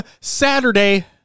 Saturday